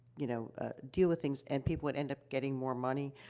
you know, ah, deal with things, and people would end up getting more money.